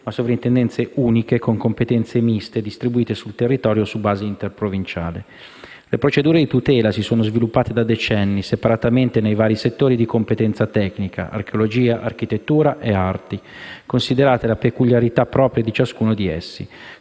ma Sovrintendenze uniche con competenze miste distribuite sul territorio su base interprovinciale. Le procedure di tutela si sono sviluppate da decenni separatamente nei diversi settori di competenza tecnica (archeologia, architettura e arti), considerando le peculiarità proprie di ciascuno di essi.